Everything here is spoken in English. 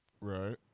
Right